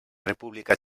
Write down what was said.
república